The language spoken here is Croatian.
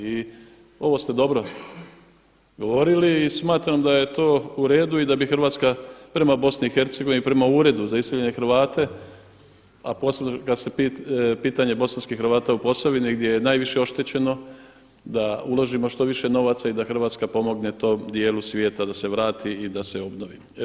I ovo ste dobro govorili i smatram da je to uredu i da bi Hrvatska prema BiH, prema Uredu za iseljene Hrvate, a posebno pitanje bosanskih Hrvata u Posavini gdje je najviše oštećeno da uložimo što više novaca i da Hrvatska pomogne tom dijelu svijeta da se vrati i da se obnovi.